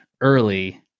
early